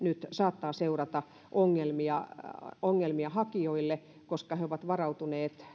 nyt saattaa seurata ongelmia ongelmia hakijoille koska he olivat varautuneet